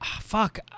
fuck